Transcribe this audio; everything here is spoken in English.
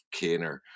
caner